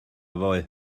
ddoe